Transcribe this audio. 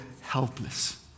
helpless